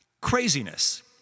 Craziness